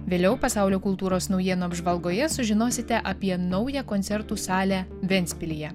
vėliau pasaulio kultūros naujienų apžvalgoje sužinosite apie naują koncertų salę ventspilyje